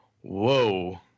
whoa